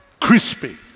crispy